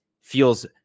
feels